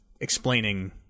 explaining